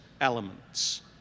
elements